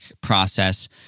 process